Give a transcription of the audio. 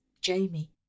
Jamie